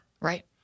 Right